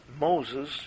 Moses